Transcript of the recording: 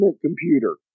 Computer